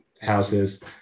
houses